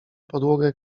podłogę